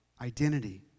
identity